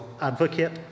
advocate